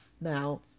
Now